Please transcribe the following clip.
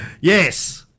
Yes